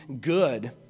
good